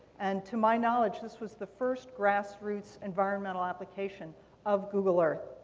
and to my knowledge this was the first grassroots environmental application of google earth.